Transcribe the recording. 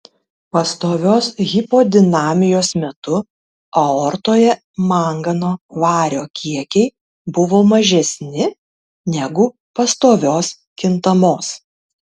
pastovios hipodinamijos metu aortoje mangano vario kiekiai buvo mažesni negu pastovios kintamos